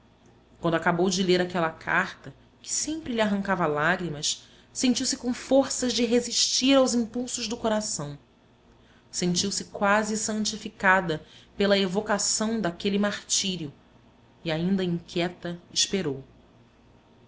quando acabou de ler aquela carta que sempre lhe arrancava lágrimas sentiu-se com forças de resistir aos impulsos do coração sentiu-se quase santificada pela evocação daquele martírio e ainda inquieta esperou